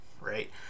right